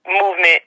movement